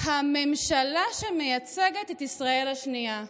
הממשלה שמייצגת את ישראל השנייה.